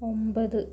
ഒൻപത്